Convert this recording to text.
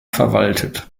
verwaltet